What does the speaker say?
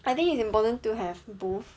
I think it's important to have both